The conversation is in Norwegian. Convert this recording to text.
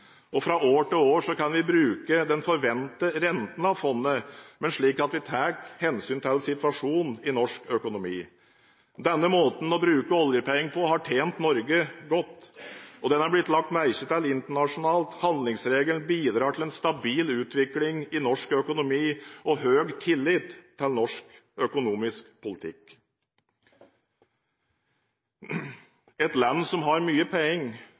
Fra år til år kan vi bruke den forventede renteavkastningen av fondet, men slik at vi tar hensyn til situasjonen i norsk økonomi. Denne måten å bruke oljepenger på har tjent Norge godt, og den er blitt lagt merke til internasjonalt. Handlingsregelen bidrar til en stabil utvikling i norsk økonomi og høy tillit til norsk økonomisk politikk. Et land som har mye penger,